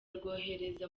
rwohereza